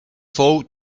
fou